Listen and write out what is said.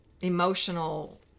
emotional